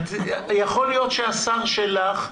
יכול להיות שהשר שלך מתנגד?